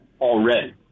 already